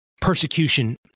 persecution